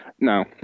No